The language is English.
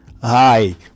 Hi